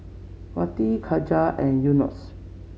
Wati Khadija and Yunos